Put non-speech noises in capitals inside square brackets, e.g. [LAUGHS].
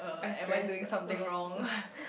I stress [LAUGHS]